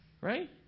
Right